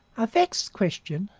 a vexed question,